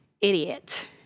idiot